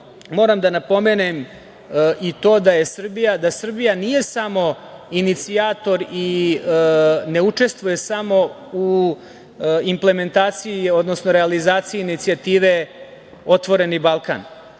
moram da na pomenem i to da Srbija nije samo inicijator i ne učestvuje samo u implementaciji, odnosno realizaciji inicijative „Otvoreni Balkan“,